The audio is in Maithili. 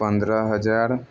पनरह हजार